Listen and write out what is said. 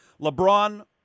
LeBron